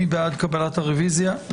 מי בעד קבלת הרוויזיה?